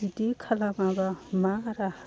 बिदि खालामाबा मा राहा